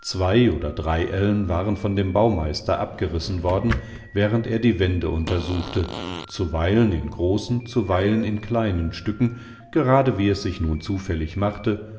zwei oder drei ellen waren von dem baumeister abgerissen worden während er die wände untersuchte zuweilen in großen zuweilen in kleinen stücken gerade wie es sichnunzufälligmachteunddannhatteersieaufdenkahlenfußbodengeworfen wo